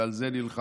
ועל זה נלחמו,